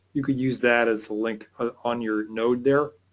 you could use that as link ah on your node there.